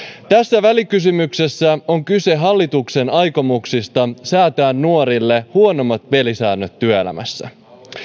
tässä välikysymyksessä on kyse hallituksen aikomuksista säätää nuorille huonommat pelisäännöt työelämässä